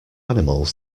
animals